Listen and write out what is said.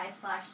slash